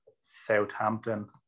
Southampton